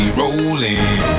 rolling